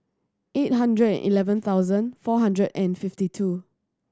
eight hundred and eleven thousand four hundred and fifty two